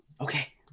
Okay